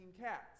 cats